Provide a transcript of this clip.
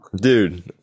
dude